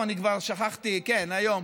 אני כבר שכחתי, כן, היום,